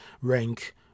rank